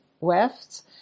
wefts